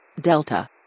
Delta